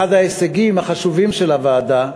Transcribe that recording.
אחד ההישגים החשובים של הוועדה,